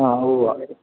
ആ ഉവ്വ